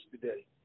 today